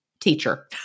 teacher